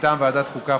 מטעם ועדת החוקה,